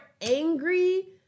angry